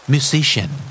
Musician